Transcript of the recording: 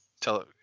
tell